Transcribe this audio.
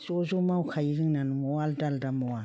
ज' ज' मावखायो जोंना न'आव आलादा आलादा मावा